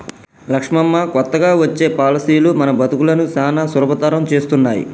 లక్ష్మమ్మ కొత్తగా వచ్చే పాలసీలు మన బతుకులను సానా సులభతరం చేస్తున్నాయి